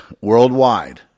worldwide